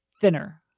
thinner